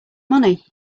money